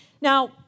Now